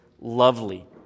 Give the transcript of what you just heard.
lovely